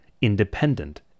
independent